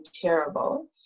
terrible